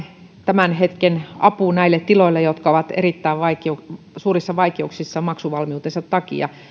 tämän hetken apu näille tiloille jotka ovat erittäin suurissa vaikeuksissa maksuvalmiutensa takia